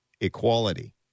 equality